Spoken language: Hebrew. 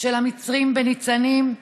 של המצרים בניצנים?